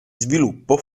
sviluppo